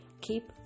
keep